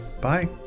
Bye